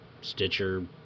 Stitcher